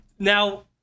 Now